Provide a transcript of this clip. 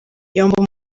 yombi